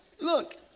Look